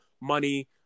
money